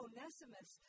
Onesimus